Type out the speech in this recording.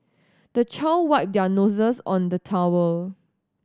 the child wipe their noses on the towel